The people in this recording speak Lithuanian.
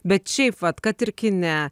bet šiaip vat kad ir kine